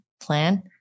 plan